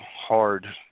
hard